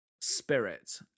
spirit